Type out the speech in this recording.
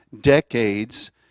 decades